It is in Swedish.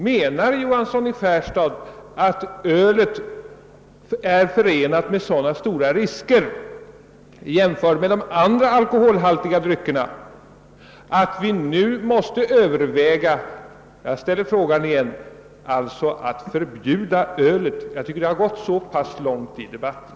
Anser herr Johansson i Skärstad att ölet är förenat med så stora risker i jämförelse med de andra alkoholhaltiga dryckerna att vi nu måste överväga att förbjuda det helt? Jag tycker att det har gått så långt i debatten.